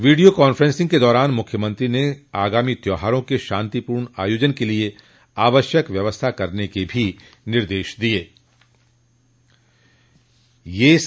video conferencing के दौरान मुख्यमंत्री ने आगामी त्यौहारों के शांतिपूर्ण आयोजन के लिए आवश्यक व्यवस्था करने के भी निर्देश दिये